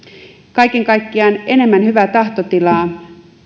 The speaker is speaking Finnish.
kaiken kaikkiaan enemmän hyvää tahtotilaa